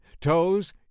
Toes